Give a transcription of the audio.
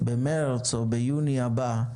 במרס או ביוני הבא,